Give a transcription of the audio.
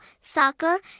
soccer